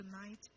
tonight